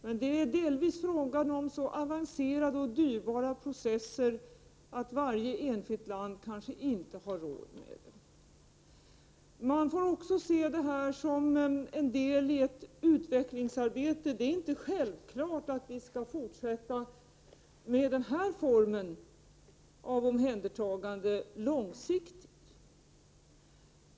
Men det är delvis fråga om så avancerade och dyrbara processer, att kanske inte varje enskilt land har råd med dem. Man får också se detta som en del i ett utvecklingsarbete. Det är inte självklart att vi skall fortsätta med denna form av omhändertagande långsiktigt.